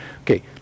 Okay